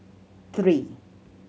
three